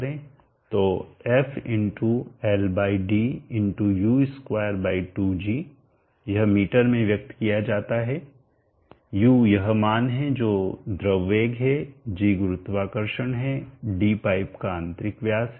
तो f × Ld × u22g यह metre में व्यक्त किया जाता है u यह मान है जो द्रव वेग है g गुरुत्वाकर्षण है d पाइप का आंतरिक व्यास है